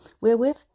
wherewith